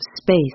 space